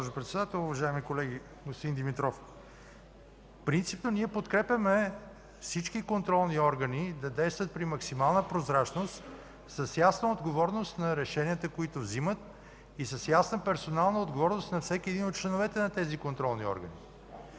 принципно ние подкрепяме всички контролни органи да действат при максимална прозрачност, с ясна отговорност на решенията, които взимат, с ясна персонална отговорност на всеки един от членовете на тези контролни органи.